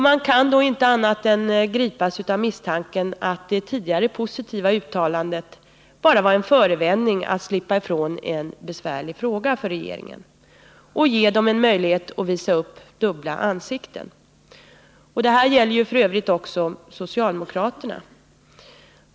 Man kan då inte annat än gripas av misstanken att det vigare positiva uttalandet bara var en förevändning för regeringen att slippa ifrån en besvärlig fråga och ge den en möjlighet att visa upp dubbla ansikten. Detsamma gäller f. ö. socialdemokraterna.